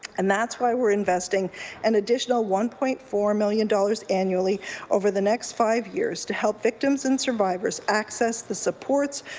and that's why we're investing an additional one point four million dollars annually over the next five years to help victims and survivors access the supports,